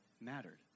mattered